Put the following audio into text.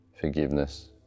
forgiveness